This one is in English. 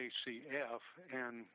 ACF—and